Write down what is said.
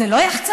זה לא יח"צנות?